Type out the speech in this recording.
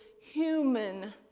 human